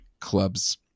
clubs